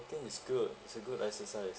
I think it's good it's a good exercise